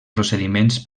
procediments